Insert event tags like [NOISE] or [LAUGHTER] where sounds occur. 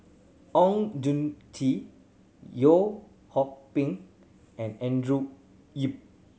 Oon Jin Gee [UNINTELLIGIBLE] Ping and Andrew Yip